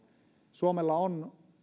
suomella on